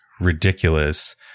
ridiculous